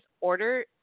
order